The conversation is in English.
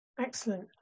Excellent